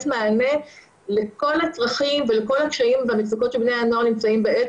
מענה לכל הצרכים ולכל הקשיים במצוקות שבני הנוער נמצאים בעת